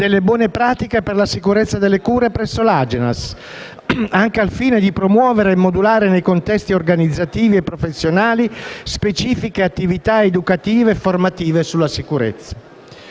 buone pratiche per la sicurezza dei pazienti, presso l'Agenas, anche al fine di promuovere e modulare, nei contesti organizzativi e professionali specifici, attività educative e formative sulla sicurezza.